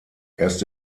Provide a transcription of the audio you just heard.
erst